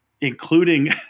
including